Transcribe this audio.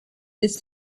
this